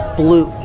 blue